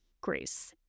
grace